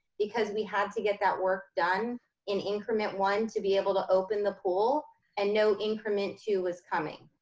because we had to get that work done in increment one to be able to open the pool and know increment two was coming.